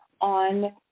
on